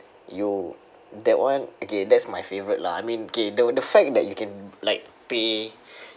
you that one okay that's my favorite lah I mean K the the fact that you can like pay